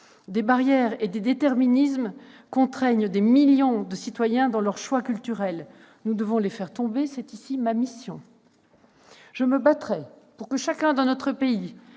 Des barrières et des déterminismes contraignent des millions de citoyens dans leurs choix culturels. Nous devons les faire tomber. C'est ici ma mission. Je me battrai- j'insiste sur